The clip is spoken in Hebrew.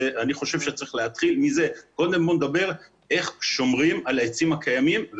חושב שצריך להתחיל מזה וקודם לדבר על איך שומרים על העצים הקיימים.